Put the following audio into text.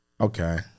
Okay